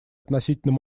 относительно